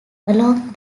along